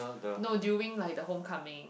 no during like the homecoming